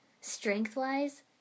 Strength-wise